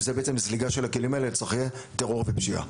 וזה בעצם זליגה של הכלים האלה לצורכי טרור ופשיעה.